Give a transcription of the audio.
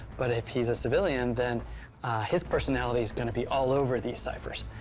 but if he's a civilian, then his personality's gonna be all over these ciphers.